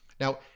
Now